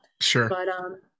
Sure